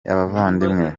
abavandimwe